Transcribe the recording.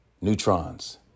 neutrons